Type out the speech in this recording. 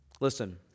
Listen